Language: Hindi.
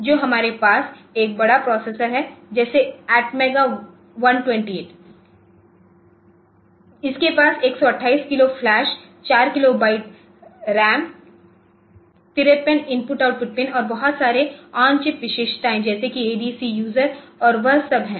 जो हमारे पास एक बड़ा प्रोसेसर है जैसे ATMEGA128 है इसके पास 128 kilo flash 4 kilo byte RAM 53 I O pin और बहुत सारे आनचिप विशेषताओं जैसे कि adc यूज़र और वह सब है